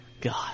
God